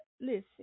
listen